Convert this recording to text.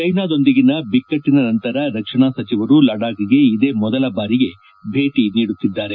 ಚ್ಲೆನಾದೊಂದಿಗಿನ ಬಿಕ್ಕಟ್ಲಿನ ನಂತರ ರಕ್ಷಣಾ ಸಚಿವರು ಲಡಾಖ್ಗೆ ಇದೇ ಮೊದಲ ಬಾರಿಗೆ ಭೇಟಿ ನೀಡುತ್ತಿದ್ದಾರೆ